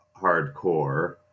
hardcore